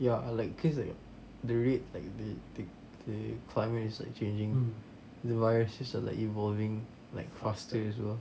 ya like cause like the rate like the the climate is changing the virus itself is like evolving like faster as well